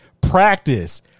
practice